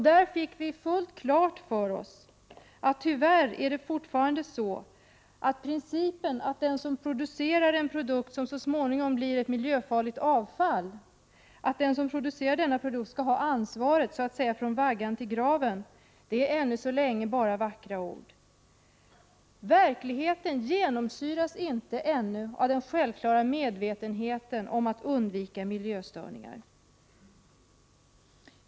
Där fick vi fullt klart för oss att det tyvärr fortfarande är så att principen att den som framställer en produkt som så småningom blir ett miljöfarligt avfall skall ha ansvaret så att säga från vaggan till graven, ännu så länge bara är vackra ord. Verkligheten genomsyras inte ännu av den självklara medvetenheten om att undvika miljöstörningar.